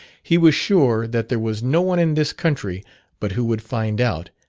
he was sure that there was no one in this country but who would find out,